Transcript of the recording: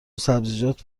سبزیجات